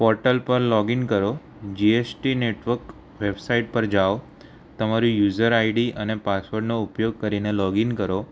portal પર login કરો GST network website પર જાઓ તમારું યુઝર આઈડી અને પાસવર્ડનો ઉપયોગ કરીને લૉગિન કરો